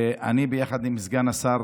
אני וסגן השר